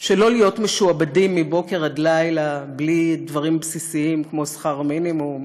שלא להיות משועבדים מבוקר עד לילה בלי דברים בסיסיים כמו שכר מינימום.